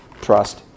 trust